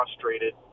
frustrated